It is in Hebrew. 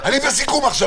אני בסיכום עכשיו.